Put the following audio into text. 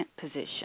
position